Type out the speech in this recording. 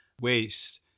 waste